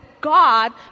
God